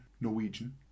Norwegian